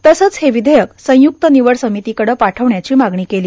तसंच हे विधेयक संयुक्त निवड समितीकडं पाठवण्याची मागणी केली